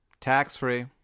Tax-free